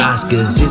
Oscars